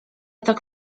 tak